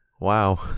Wow